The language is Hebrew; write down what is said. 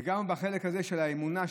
של האמונה,